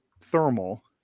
thermal